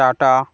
tata